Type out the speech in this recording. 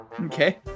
okay